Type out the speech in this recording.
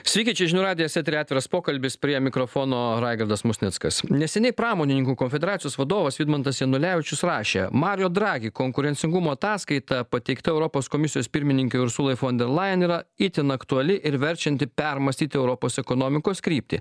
sveiki čia žinių radijas etery atviras pokalbis prie mikrofono raigardas musnickas neseniai pramonininkų konfederacijos vadovas vidmantas janulevičius rašė marijo dragi konkurencingumo ataskaita pateikta europos komisijos pirmininkei ursulai fon der lajen yra itin aktuali ir verčianti permąstyti europos ekonomikos kryptį